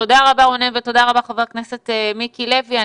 תודה רבה רונן ותודה רבה חבר הכנסת מיקי לוי.